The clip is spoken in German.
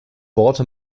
worte